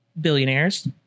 billionaires